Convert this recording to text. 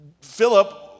Philip